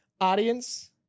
Audience